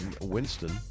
Winston